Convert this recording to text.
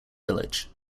village